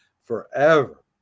forever